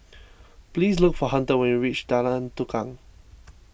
please look for Hunter when you reach Jalan Tukang